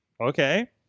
Okay